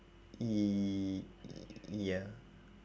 ya